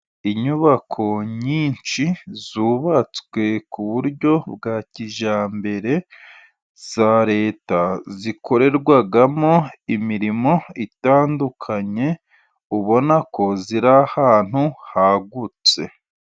Inyubako nyinshi zubatswe ku buryo bwa kijyambere za Leta, zikorerwamo imirimo itandukanye ubona ko ziri ahantu hagutse.